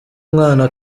mwana